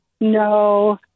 No